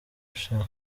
ushaka